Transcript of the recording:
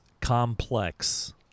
complex